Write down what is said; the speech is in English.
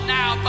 now